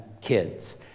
kids